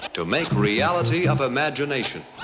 to make reality of imagination.